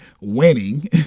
winning